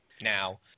Now